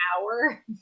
hour